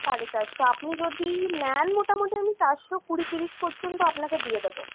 সাড়ে চারশো আপনি যদি নেন মোটামুটি আমি চারশো কুড়ি তিরিশ পর্যন্ত আপনাকে দিয়ে দেবো